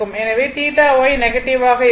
எனவே θY negative ஆகும்